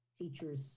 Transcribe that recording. teachers